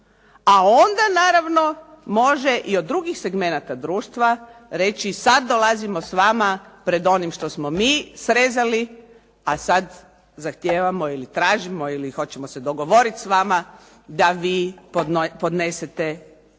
a onda naravno može i od drugih segmenata društva, reći sada dolazimo s vama pred onim što smo mi srezali, pa sada zahtijevamo ili tražimo ili hoćemo se dogovoriti s vama da vi podnesete